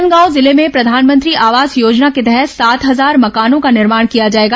राजनांदगांव जिले में प्रधानमंत्री आवास योजना के तहत सात हजार मकानों का निर्माण किया जाएगा